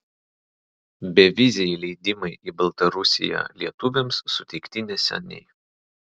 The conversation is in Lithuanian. beviziai leidimai į baltarusiją lietuviams suteikti neseniai